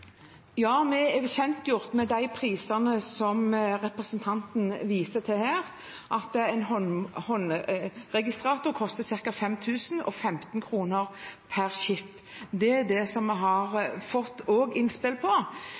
Ja, vi er gjort kjent med de prisene som representanten viser til her, at en håndregistrator koster ca. 5 000 og en chip 15 kr. Det har vi fått innspill om, og jeg tenker at det må vi